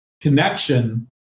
connection